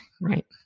right